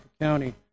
County